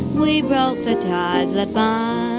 we broke the ties that bind